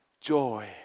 joy